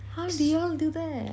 how did y'all do that